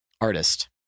artist